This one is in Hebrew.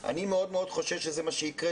אני מאוד מאוד חושש שזה מה שיקרה,